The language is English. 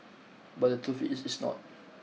but the truth is it's not